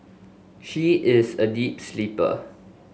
she is a deep sleeper